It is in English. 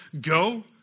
go